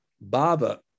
Baba